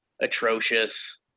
atrocious